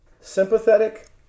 sympathetic